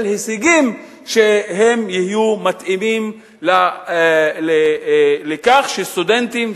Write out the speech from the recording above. הישגים שיהיו מתאימים לכך שסטודנטים,